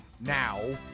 now